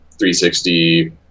360